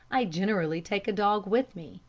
i generally take a dog with me,